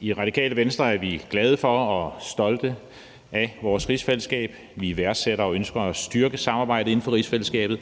»I Radikale Venstre er vi glade for og stolte af vores rigsfællesskab. Vi værdsætter og ønsker at styrke samarbejdet indenfor rigsfællesskabet,